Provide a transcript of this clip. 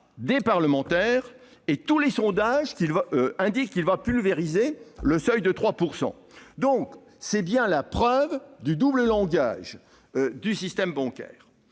des parlementaires et tous les sondages indiquent qu'il va pulvériser le seuil de 3 %. C'est bien la preuve du double langage du système bancaire.